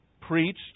preached